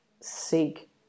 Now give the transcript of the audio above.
seek